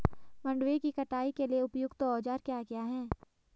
मंडवे की कटाई के लिए उपयुक्त औज़ार क्या क्या हैं?